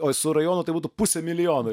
o su rajonu tai būtų pusę milijono